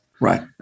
Right